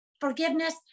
Forgiveness